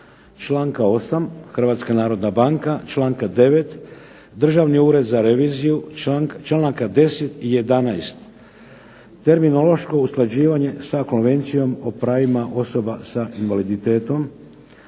članka 8. Hrvatska narodna banka, članka 9. Državni ured za reviziju, članaka 10. i 11. terminološko usklađivanje sa konvencijom o pravima osoba sa invaliditetom.